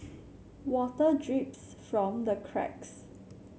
water drips from the cracks